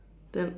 then